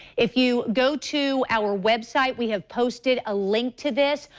if you go to our web site, we have posted a link to this.